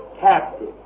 captive